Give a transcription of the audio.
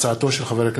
תודה.